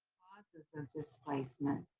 the sort of displacement,